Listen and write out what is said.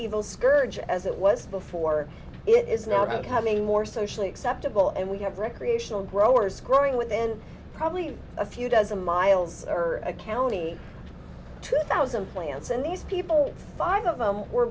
evil scourge as it was before it is now becoming more socially acceptable and we have recreational growers growing within probably a few dozen miles or a county two thousand plants and these people five of them were